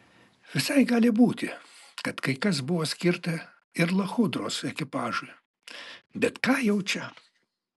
visai gali būti kad kai kas buvo skirta ir lachudros ekipažui bet ką jau čia